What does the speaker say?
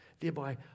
thereby